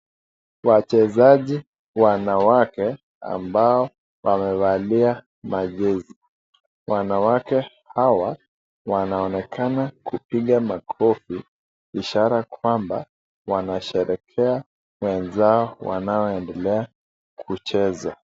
Wachezaji wanawake ambao wamevalia sare. Wanawake hawa wanaonekana kupiga makofi kuonyesha ishara kwamba wanasherehekea wenzao wanaoendelea kucheza.